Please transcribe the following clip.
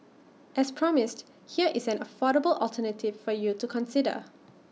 as promised here is an affordable alternative for you to consider